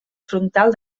frontal